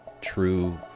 true